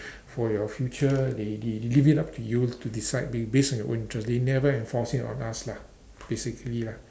for your future they they they leave it up to you to decide ba~ based on your own interest they never enforce it on us lah basically lah